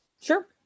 Sure